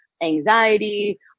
anxiety